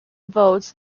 votes